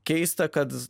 keista kad